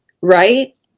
Right